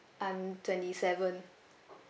I'm twenty seven